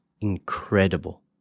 Incredible